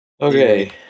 Okay